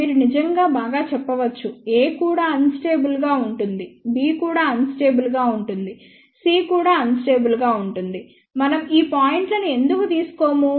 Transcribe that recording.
మీరు నిజంగా బాగా చెప్పవచ్చు a కూడా అన్ స్టేబుల్ గా ఉంటుంది b కూడా అన్ స్టేబుల్ గా ఉంటుంది c కూడా అన్ స్టేబుల్ గా ఉంటుంది మనం ఈ పాయింట్లను ఎందుకు తీసుకోము